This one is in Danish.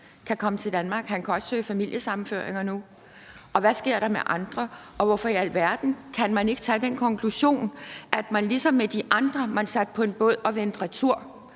kan komme til Danmark. Han kan også søge om familiesammenføring nu, og hvad sker der med andre? Hvorfor i alverden kunne man ikke drage den konklusion, at man ligesom med de andre, som man satte på en båd og sendte retur,